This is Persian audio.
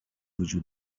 وجود